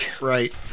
right